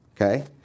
Okay